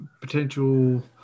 potential